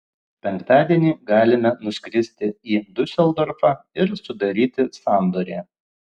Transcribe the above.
penktadienį galime nuskristi į diuseldorfą ir sudaryti sandorį